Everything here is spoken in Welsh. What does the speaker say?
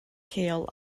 lleol